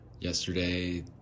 Yesterday